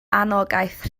anogaeth